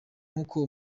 nk’uko